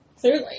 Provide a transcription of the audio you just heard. clearly